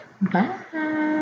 bye